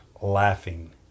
laughing